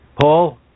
Paul